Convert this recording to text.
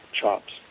chops